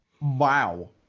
Wow